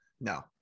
No